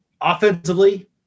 Offensively